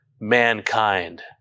mankind